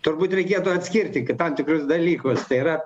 turbūt reikėtų atskirti tam tikrus dalykus tai yra